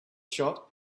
shot